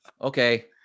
okay